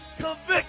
Convict